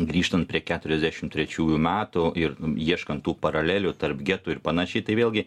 grįžtant prie keturiasdešim trečiųjų metų ir ieškant tų paralelių tarp getų ir panašiai tai vėlgi